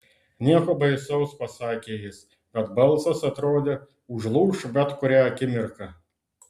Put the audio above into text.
nieko baisaus pasakė jis bet balsas atrodė užlūš bet kurią akimirką